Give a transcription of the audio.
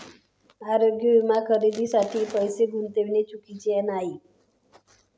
आरोग्य विमा खरेदीसाठी पैसे गुंतविणे चुकीचे नाही